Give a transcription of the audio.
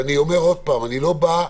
ואני אומר עוד פעם: אני לא בא,